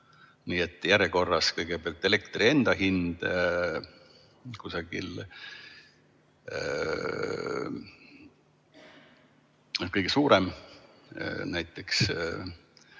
Nii et järjekorras on kõigepealt elektri enda hind kõige suurem, näiteks